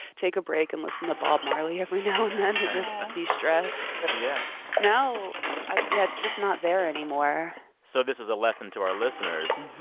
take a break and listen to bob marley every now and then to just de-stress but yeah now i yeah, it's just not there anymore so this is a lesson to our listeners.